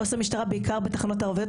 עו"ס המשטרה בעיקר בתחנות הערביות,